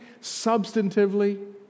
substantively